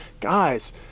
guys